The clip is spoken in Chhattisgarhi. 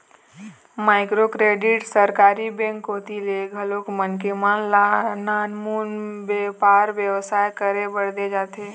माइक्रो क्रेडिट सरकारी बेंक कोती ले घलोक मनखे मन ल नानमुन बेपार बेवसाय करे बर देय जाथे